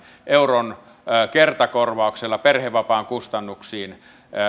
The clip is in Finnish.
euron kertakorvauksella perhevapaan kustannuksiin